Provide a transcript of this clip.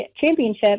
championship